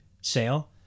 sale